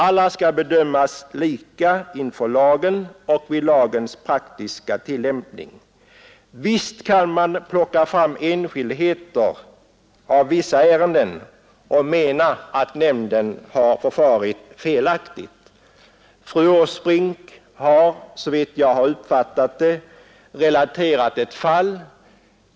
Alla skall bedömas lika inför lagen och vid lagens praktiska tillämpning. Visst kan man plocka fram enskildheter i olika ärenden och mena att nämnden har förfarit felaktigt. Fru Åsbrink har relaterat ett fall.